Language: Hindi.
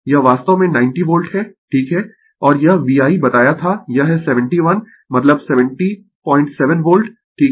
यह वास्तव में 90 वोल्ट है ठीक है और यह VI बताया था यह है 71 मतलब 707 वोल्ट ठीक है